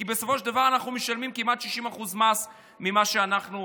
כי בסופו של דבר אנחנו משלמים כמעט 60% מס על מה שאנחנו מקבלים.